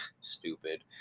stupid